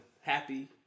happy